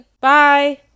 Bye